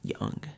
young